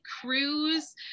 cruise